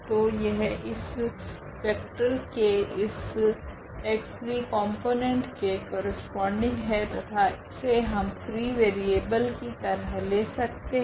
तो यह इस वेक्टर के इस x3 कॉम्पोनेंट के करस्पोंडिंग है तथा इसे हम फ्री वेरिएबल की तरह ले सकते है